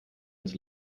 ins